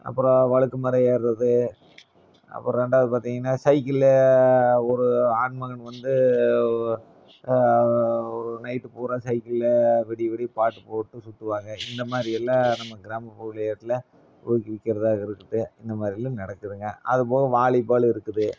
அப்புறம் வழுக்கு மரம் ஏறுவது அப்புறம் ரெண்டாவது பார்த்தீங்கன்னா சைக்கிளு ஒரு ஆண் மகன் வந்து ஒரு நைட்டு பூரா சைக்கிளில் விடிய விடிய பாட்டு போட்டு சுற்றுவாங்க இந்த மாதிரி எல்லாம் நம்ம கிராமபுறத்தில் ஊக்குவிக்கிறதாக இருக்குது இந்த மாதிரி எல்லாம் நடக்குதுங்க அது போக வாலிபால் இருக்குது